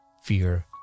Fear